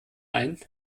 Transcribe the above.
ein